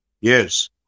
Yes